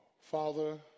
Father